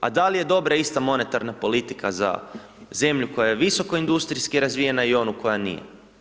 A da li je dobra ista monetarna politika za zemlju koja je visoko industrijski razvijena i ona koja nije?